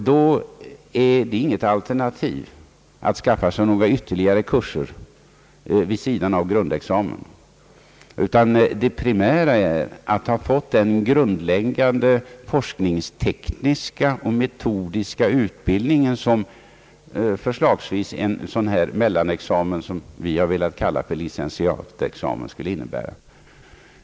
Där är det inget bra alternativ att skaffa sig ytterligare några kurser vid sidan av grundexamen. Det primära är att få en grundläggande forskningsteknisk metodisk utbildning, som förslagsvis en sådan här mellanexamen, som vi har velat kalla för licentiatexamen, skulle innebära.